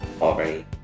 already